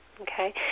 Okay